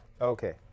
Okay